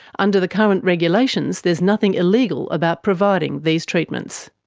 under the current regulations, there's nothing illegal about providing these treatments.